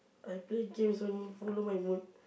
I play games only follow my mood